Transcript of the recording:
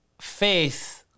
faith